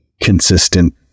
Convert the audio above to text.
consistent